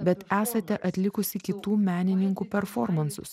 bet esate atlikusi kitų menininkų performansus